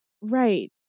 Right